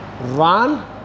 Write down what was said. Run